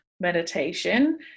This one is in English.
meditation